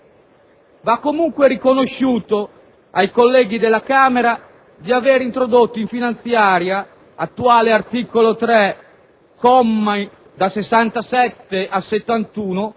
Va comunque riconosciuto ai colleghi della Camera di aver introdotto in finanziaria (attuale articolo 3, commi da 67 a 71)